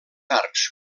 arcs